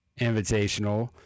invitational